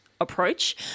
approach